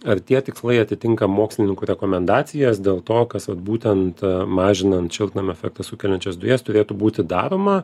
ar tie tikslai atitinka mokslininkų rekomendacijas dėl to kas vat būtent mažinant šiltnamio efektą sukeliančias dujas turėtų būti daroma